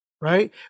Right